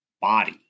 body